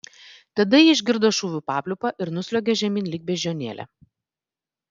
tada ji išgirdo šūvių papliūpą ir nusliuogė žemyn lyg beždžionėlė